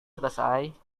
selesai